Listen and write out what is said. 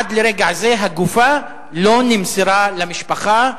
עד לרגע זה הגופה לא נמסרה למשפחה,